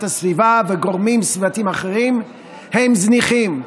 הסביבה וגורמים סביבתיים אחרים הם זניחים.